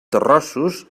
terrossos